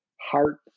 heart